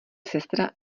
sestra